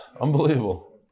unbelievable